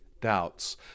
doubts